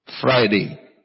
Friday